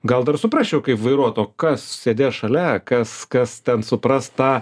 gal dar suprasčiau kaip vairuot o kas sėdės šalia kas kas ten supras tą